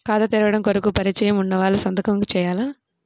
ఖాతా తెరవడం కొరకు పరిచయము వున్నవాళ్లు సంతకము చేయాలా?